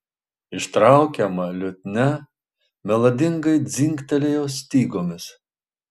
ištraukiama liutnia melodingai dzingtelėjo stygomis